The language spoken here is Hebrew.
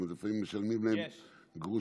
לפעמים משלמים להם גרושים.